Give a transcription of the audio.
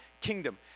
kingdom